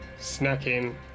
snacking